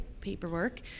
paperwork